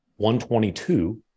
122